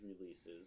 releases